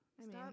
Stop